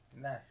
nice